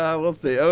ah we'll see.